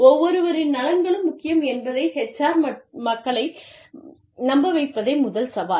ஒவ்வொருவரின் நலன்களும் முக்கியம் என்பதை HR மக்களை நம்ப வைப்பதே முதல் சவால்